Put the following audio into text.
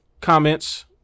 comments